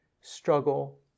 struggle